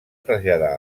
traslladar